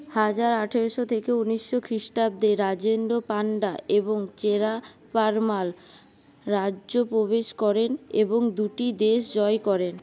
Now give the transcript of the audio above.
হাজার আঠেরোশো থেকে উনিশো খ্রিস্টাব্দে রাজেন্দ্র পান্ড্য এবং চেরা পারুমাল রাজ্যে প্রবেশ করেন এবং দুটি দেশ জয় করেন